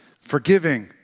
forgiving